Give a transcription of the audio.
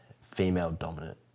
female-dominant